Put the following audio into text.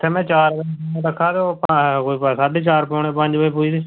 इत्थै में चार बजे दा टैम रक्खे दा ते ओह् कोई साड्ढे चार पौने पंज बजे पुजदे